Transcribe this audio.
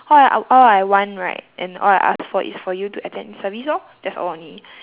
what I all I want right and all I ask for is for you to attend service lor that's all only